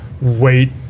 wait